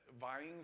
vying